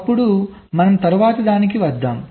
అప్పుడు మనం తరువాతిదానికి వద్దాం